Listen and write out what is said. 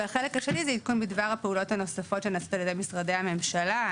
והחלק השני זה עדכון בדבר הפעולות הנוספות שנעשות עלי ידי משרדי הממשלה.